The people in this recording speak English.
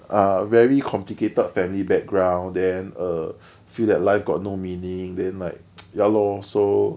ah very complicated family background then err feel that life got no meaning then like ya lor so